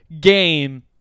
game